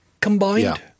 combined